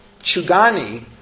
Chugani